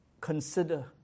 consider